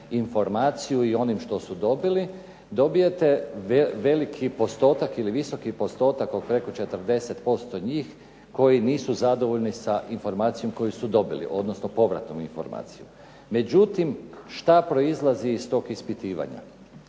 informaciju i onim što su dobili, dobijete visoki postotak od preko 40% njih koji nisu zadovoljni sa informacijom kojom su dobili odnosno povratnom informacijom. Međutim, što proizlazi iz tog ispitivanja?